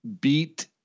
beat